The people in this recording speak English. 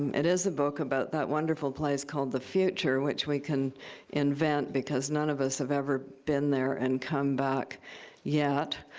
it is a book about that wonderful place called the future in which we can invent because none of us have ever been there and come back yet.